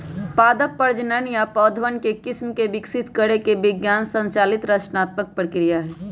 पादप प्रजनन नया पौधवन के किस्म के विकसित करे के विज्ञान संचालित रचनात्मक प्रक्रिया हई